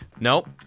Nope